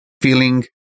feeling